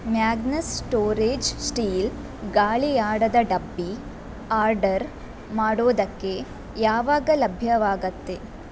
Magnus storage steel ಗಾಳಿ ಆಡದ ಡಬ್ಬಿ ಆರ್ಡರ್ ಮಾಡೋದಕ್ಕೆ ಯಾವಾಗ ಲಭ್ಯವಾಗುತ್ತೆ